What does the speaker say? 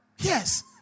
Yes